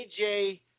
AJ